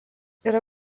yra